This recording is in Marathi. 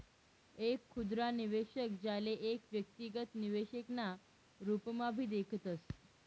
एक खुदरा निवेशक, ज्याले एक व्यक्तिगत निवेशक ना रूपम्हाभी देखतस